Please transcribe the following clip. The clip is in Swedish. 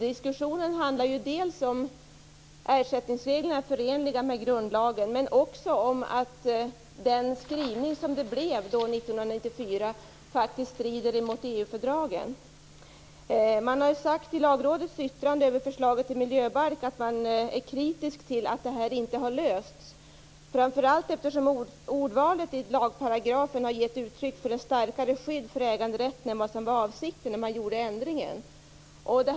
Diskussionen handlar dels om ifall ersättningsreglerna är förenliga med grundlagen, dels om att 1994 års skrivning faktiskt strider mot EU-fördraget. I Lagrådets yttrande över förslaget till miljöbalk framför man kritik mot att detta inte har lösts, framför allt eftersom ordvalet i lagparagraferna ger ett uttryck för ett starkare skydd för äganderätten än vad som var avsikten när ändringen genomfördes.